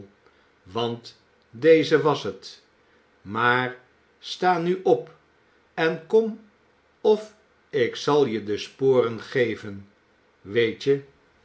want deze was het maar sta nu op en kom of ik zal je de sporen geven weet je